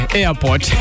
airport